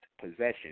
possession